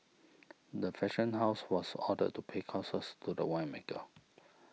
the fashion house was ordered to pay costs to the winemaker